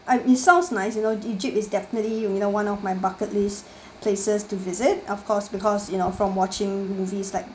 and it sounds nice you know egypt is definitely you know one of my bucket list places to visit of course because you know from watching movies like